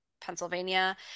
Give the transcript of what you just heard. Pennsylvania